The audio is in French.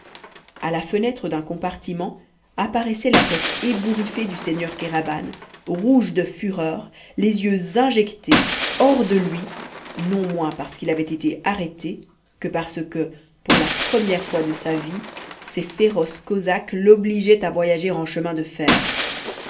a la fenêtre d'un compartiment apparaissait la tête ébouriffée du seigneur kéraban rouge de fureur les yeux injectés hors de lui non moins parce qu'il avait été arrêté que parce que pour la première fois de sa vie ces féroces cosaques l'obligeaient à voyager en chemin de fer